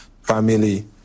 family